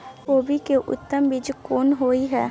कोबी के उत्तम बीज कोन होय है?